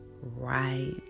right